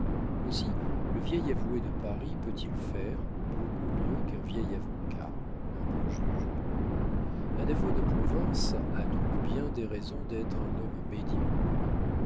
aussi le vieil avoué de paris peut-il faire beaucoup mieux qu'un vieil avocat un bon juge un avoué de province a donc bien des raisons d'être un homme médiocre